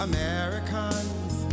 Americans